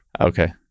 Okay